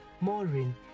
Maureen